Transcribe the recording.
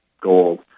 gold